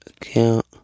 account